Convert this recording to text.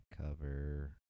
Cover